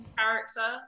character